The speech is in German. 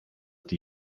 die